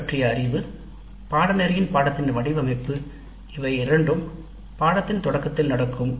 பொருள் பற்றிய அறிவு பாடத்தின் வடிவமைப்பு இவை இரண்டும் பாடநெறியின் தொடக்கத்தில் நடக்கும்